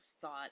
thought